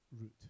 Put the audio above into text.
route